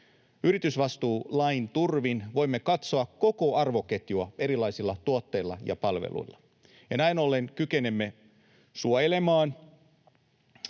Yritysvastuulain turvin voimme katsoa koko arvoketjua erilaisilla tuotteilla ja palveluilla ja näin ollen kykenemme suojelemaan